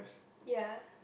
ya